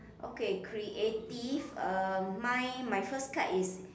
okay creative uh mine my first card is